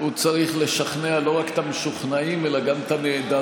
הוא צריך לשכנע לא רק את המשוכנעים אלא גם את הנעדרים.